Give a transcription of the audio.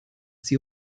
sie